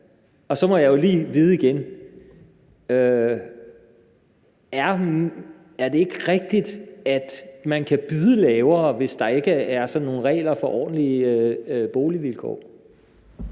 ret. Så jeg må lige vide igen: Er det ikke rigtigt, at man kan byde lavere, hvis der ikke er sådan nogle regler for ordentlige boligvilkår?